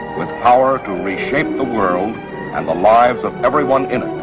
with power to re-shape the world and the lives of everyone in it,